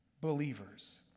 believers